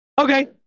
Okay